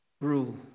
rule